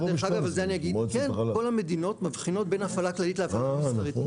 כל המדינות מבחינות בין הפעלה כללית להפעלה מסחרית.